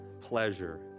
pleasure